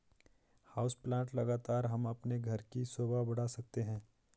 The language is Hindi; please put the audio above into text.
हाउस प्लांट लगाकर हम अपने घर की शोभा बढ़ा सकते हैं